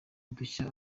udushya